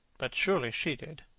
but surely she did?